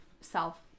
self